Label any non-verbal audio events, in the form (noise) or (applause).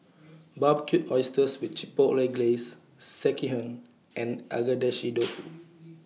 Barbecued Oysters with Chipotle Glaze Sekihan and Agedashi Dofu (noise) (unintelligible)